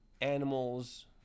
animals